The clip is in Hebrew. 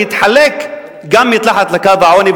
להתחלק גם מתחת לקו העוני,